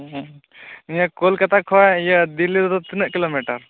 ᱩᱸᱦᱩᱹ ᱱᱤᱭᱟ ᱠᱳᱞᱠᱟᱛᱟ ᱠᱷᱚᱡ ᱤᱭᱟ ᱫᱤᱞᱞᱤ ᱨᱮᱫᱚ ᱛᱤᱱᱟ ᱜ ᱠᱤᱞᱳᱢᱤᱴᱟᱨ